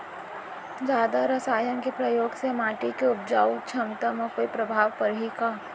जादा रसायन के प्रयोग से माटी के उपजाऊ क्षमता म कोई प्रभाव पड़ही का?